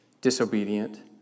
disobedient